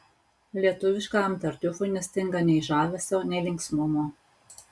lietuviškajam tartiufui nestinga nei žavesio nei linksmumo